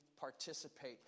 participate